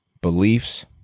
beliefs